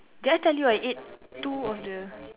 did I tell you I ate two of the